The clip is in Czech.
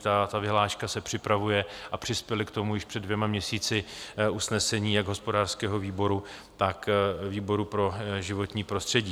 Ta vyhláška se připravuje a přispěla k tomu už před dvěma měsíci usnesení jak hospodářského výboru, tak výboru pro životní prostředí.